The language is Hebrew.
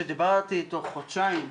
כשאנחנו רואים פה שרוב הפניות בכספים,